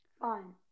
Fine